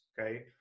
okay